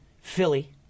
Philly